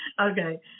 Okay